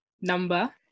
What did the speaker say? Number